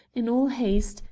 in all haste,